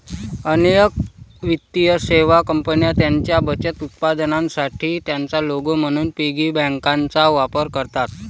अनेक वित्तीय सेवा कंपन्या त्यांच्या बचत उत्पादनांसाठी त्यांचा लोगो म्हणून पिगी बँकांचा वापर करतात